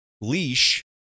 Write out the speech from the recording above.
leash